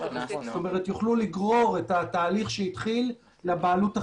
יוכלו לגרור את התהליך שהתחיל לבעלות החדשה.